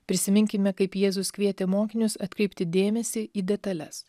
prisiminkime kaip jėzus kvietė mokinius atkreipti dėmesį į detales